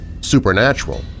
supernatural